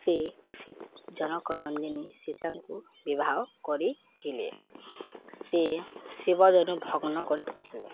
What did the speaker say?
ସେ ଜନକ ନନ୍ଦିନୀ ସୀତାଙ୍କୁ ବିବାହ କରିଥିଲେ ସେ ଶିବଜନୁ ଭଗ୍ନ କରିଥିଲେ